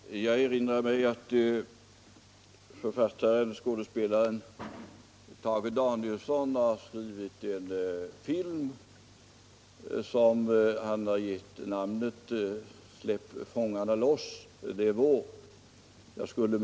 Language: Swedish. Herr talman! Jag erinrar mig att författaren och skådespelaren Tage Danielsson har skrivit en film som han har gett namnet Släpp fångarne 181 loss, det är vår!